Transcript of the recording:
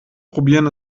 probieren